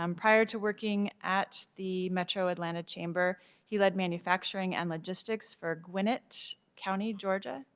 um prior to working at the metro atlanta chamber he led manufacturing and logistics for gwinnett county, georgia.